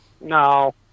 No